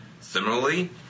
Similarly